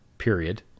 period